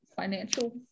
financial